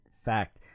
fact